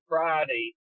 Friday –